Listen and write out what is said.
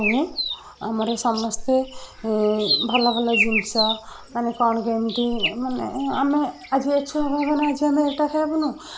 ଆଉ ଆମର ସମସ୍ତେ ଭଲ ଭଲ ଜିନିଷ ମାନେ କ'ଣ କେମିତି ମାନେ ଆମେ ଆଜି ଆଜି ଆମେ ଏଇଟା ଖାଇବୁନୁ